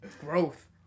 Growth